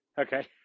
Okay